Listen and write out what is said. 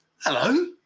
Hello